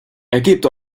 ergebt